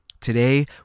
Today